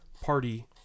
party